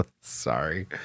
Sorry